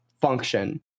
function